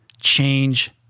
change